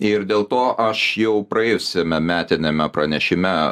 ir dėl to aš jau praėjusiame metiniame pranešime